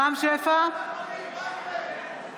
(קוראת בשמות חברי הכנסת)